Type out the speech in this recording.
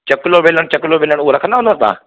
चकलो बेलन चकलो बेलन उहो रखंदव न तव्हां